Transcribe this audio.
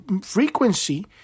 frequency